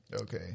Okay